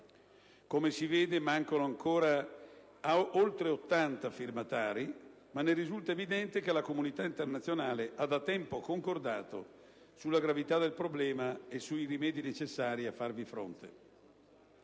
Come si vede, mancano ancora oltre 80 firmatari, ma risulta evidente che la comunità internazionale ha da tempo concordato sulla gravità del problema e sui rimedi necessari a farvi fronte.